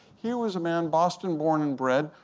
he was a man, boston born and bred,